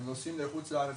הם נוסעים לחוץ לארץ,